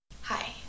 Hi